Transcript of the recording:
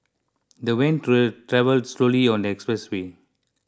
the van travelled slowly on the expressway